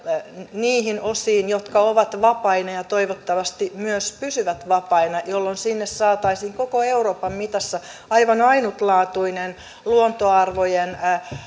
niihin osiin jotka ovat vapaina ja ja toivottavasti myös pysyvät vapaina jolloin sinne saataisiin koko euroopan mitassa aivan ainutlaatuinen luontoarvojen